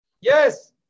Yes